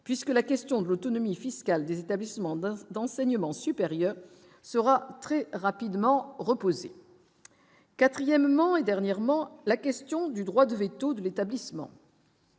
puisque la question de l'autonomie fiscale des établissements de bain d'enseignement supérieur. Sera très rapidement quatrièmement et dernièrement, la question du droit de véto de l'établissement.